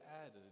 added